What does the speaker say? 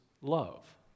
love